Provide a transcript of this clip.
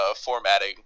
formatting